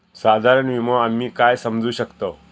साधारण विमो आम्ही काय समजू शकतव?